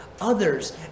Others